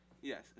Yes